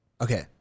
okay